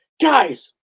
guys